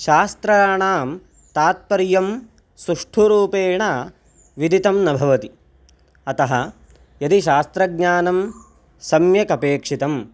शास्त्राणां तात्पर्यं सुष्ठुरूपेण विदितं न भवति अतः यदि शास्त्रज्ञानं सम्यक् अपेक्षितम्